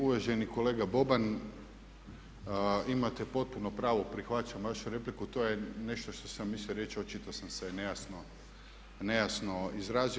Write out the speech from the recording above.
Uvaženi kolega Boban imate potpuno pravo prihvaćam vašu repliku, to je nešto što sam mislio reći očito sam se nejasno izrazio.